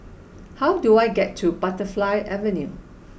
how do I get to Butterfly Avenue